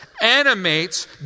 animates